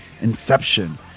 inception